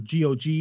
GOG